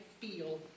feel